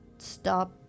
stop